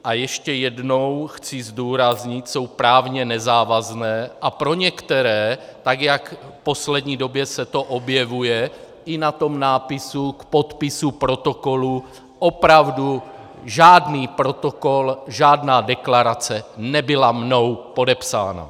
A ještě jednou chci zdůraznit, jsou právně nezávazné a pro některé, tak jak v poslední době se to objevuje i na tom nápisu k podpisu protokolu opravdu žádný protokol, žádná deklarace nebyla mnou podepsána.